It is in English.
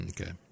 Okay